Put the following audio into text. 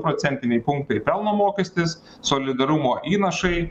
procentiniai punktai pelno mokestis solidarumo įnašai